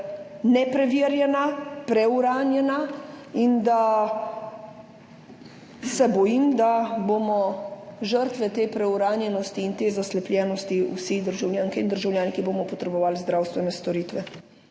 nepreverjena, preuranjena. In se bojim, da bomo žrtve te preuranjenosti in te zaslepljenosti vsi državljanke in državljani, ki bomo potrebovali zdravstvene storitve.